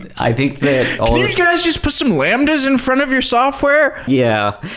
i think guys just put some lambdas in front of your software? yeah.